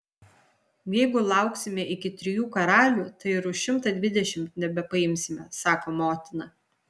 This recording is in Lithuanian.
jeigu lauksime iki trijų karalių tai ir už šimtą dvidešimt nebepaimsime sako motina